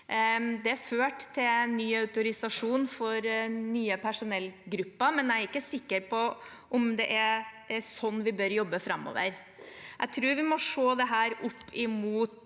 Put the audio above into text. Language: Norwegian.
Det førte til ny autorisasjon for nye personellgrupper, men jeg er ikke sikker på om det er sånn vi bør jobbe framover. Jeg tror vi må se dette opp imot